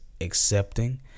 accepting